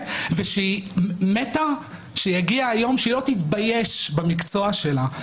ושהיא מתה שיגיע היום שהיא לא תתבייש במקצוע שלה.